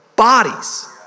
bodies